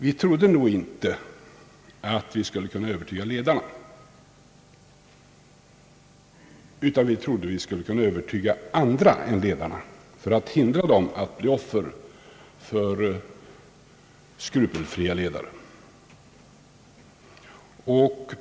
Vi trodde inte att vi skulle kunna övertyga ledarna, men hoppades kunna övertyga andra och hindra dem att bli offer för skrupelfria ledare.